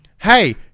hey